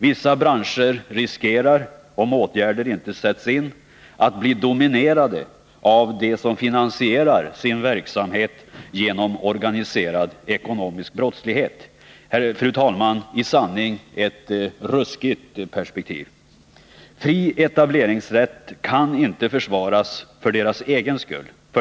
Vissa branscher riskerar, om åtgärder inte sätts in, att domineras av dem som finansierar sin verksamhet genom organiserad ekonomisk brottslighet. Fru talman! Det är ett i sanning ruskigt perspektiv. Fri etableringsrätt kan inte försvaras för dess egen skull.